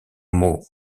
mot